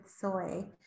soy